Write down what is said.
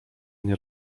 nie